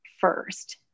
first